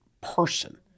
person